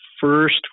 first